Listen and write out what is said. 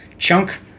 chunk